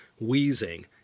wheezing